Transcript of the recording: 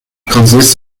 consists